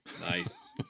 Nice